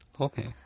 Okay